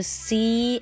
see